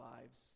lives